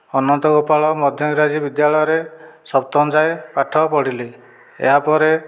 ଅନନ୍ତ ଗୋପାଳ ମଧ୍ୟ ଇଂରାଜୀ ବିଦ୍ୟାଳୟରେ ସପ୍ତମ ଯାଏଁ ପାଠ ପଢ଼ିଲି ଏହାପରେ